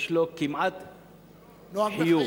יש לו כמעט חיוב,